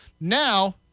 now